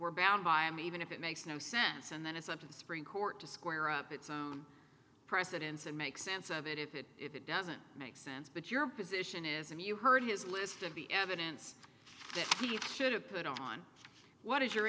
we're bound by him even if it makes no sense and then it's up to three court to square up its own precedents and make sense of it if it if it doesn't make sense but your position is and you heard his list of the evidence that he should have put on what is your